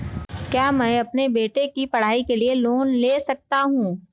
क्या मैं अपने बेटे की पढ़ाई के लिए लोंन ले सकता हूं?